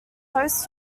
host